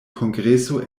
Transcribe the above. kongreso